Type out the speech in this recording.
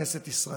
בכנסת ישראל.